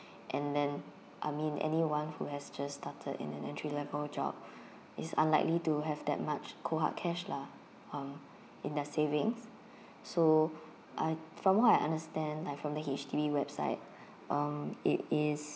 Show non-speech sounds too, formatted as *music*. and then I mean anyone who has just started in an entry level job *breath* is unlikely to have that much cold hard cash lah um in their savings *breath* so uh from what I understand like from the H_D_B website *breath* uh it is